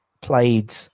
played